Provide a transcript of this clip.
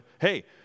hey